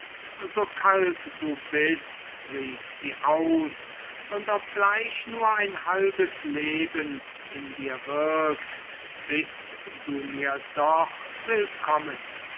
so kalt du bist rief sie aus und obgleich nur ein halbes leben in dir wirkt bist du mir doch willkommen